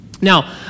Now